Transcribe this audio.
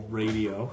radio